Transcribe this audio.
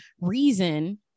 reason